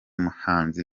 muhanzi